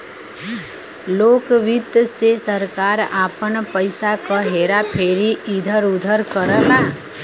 लोक वित्त से सरकार आपन पइसा क हेरा फेरी इधर उधर करला